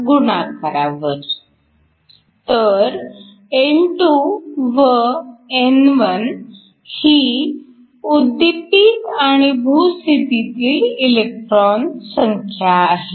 तर N2 व N1 ही उद्दीपित आणि भू स्थितीतील इलेक्ट्रॉन संख्या आहे